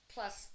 Plus